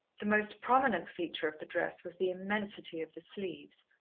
the most prominent feature of the dress was the immensity of the sleeves,